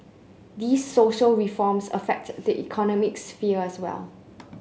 these social reforms affect the economic sphere as well